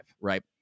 right